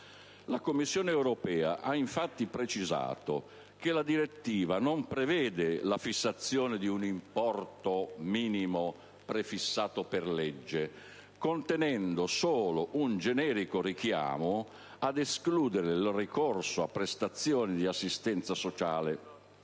La Commissione europea ha infatti precisato che la direttiva non prevede la quantificazione di un importo minimo prefissato per legge, contenendo solo un generico richiamo ad escludere il ricorso a prestazioni di assistenza sociale.